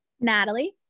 Natalie